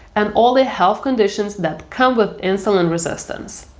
and all the health conditions that come with insulin resistance.